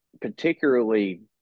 particularly